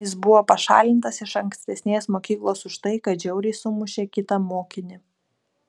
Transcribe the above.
jis buvo pašalintas iš ankstesnės mokyklos už tai kad žiauriai sumušė kitą mokinį